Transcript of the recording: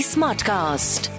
Smartcast